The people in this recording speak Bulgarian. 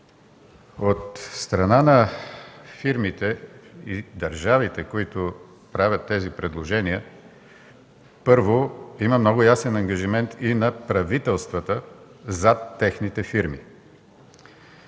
От страна на фирмите и държавите, които правят тези предложения, първо, има много ясен ангажимент и на правителствата зад техните фирми.